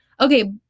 Okay